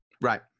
Right